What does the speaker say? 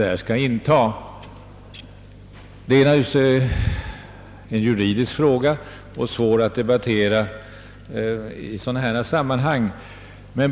Det gäller här en juridisk fråga som är svår att debattera i sådana här sammanhang.